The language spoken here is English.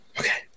okay